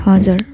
हजुर